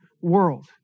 world